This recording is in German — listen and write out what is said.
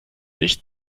licht